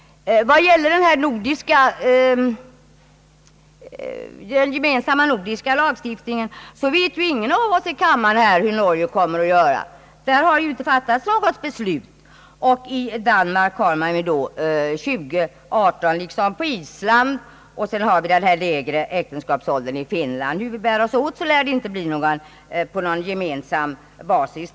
Vad beträffar en gemensam nordisk lagstiftning vet ingen här i kammaren hur Norge kommer att göra. Där har inte fattats något beslut. I Danmark har man stannat för »20—18» liksom på Island, och i Finland tillämpas en lägre äktenskapsålder. Hur vi än bär oss åt blir det ingen gemensam basis.